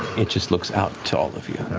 it just looks out to all of you.